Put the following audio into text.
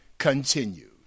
Continue